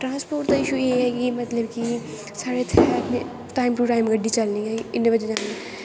transport दा issue एह् ऐ कि मतलब कि साढ़े इत्थै टाईम टू टाईम गड्डी चलनी ऐ इन्ने बजे जानी ऐ